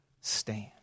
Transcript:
stand